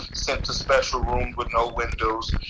sent to special room with no windows,